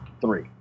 three